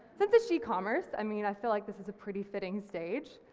since it's shecommerce, i mean i feel like this is a pretty fitting stage,